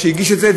שהגיש את זה,